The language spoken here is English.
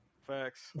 Facts